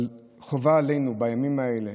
אבל חובה עלינו בימים האלה